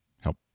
help